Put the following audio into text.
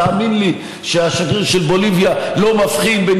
תאמין לי שהשגריר של בוליביה לא מבחין בין